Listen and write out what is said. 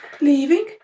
leaving